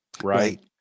right